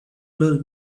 lose